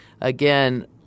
again